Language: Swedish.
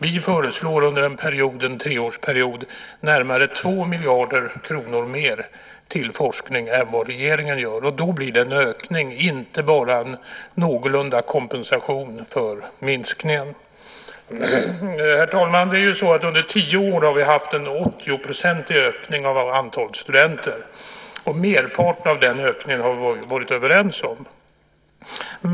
Vi föreslår under en treårsperiod närmare 2 miljarder kronor mera till forskning än vad regeringen gör, och då blir det en ökning och inte bara en någorlunda kompensation för minskningen. Herr talman! Under tio år har det skett en 80-procentig ökning av antalet studenter. Merparten av denna ökning har vi varit överens om.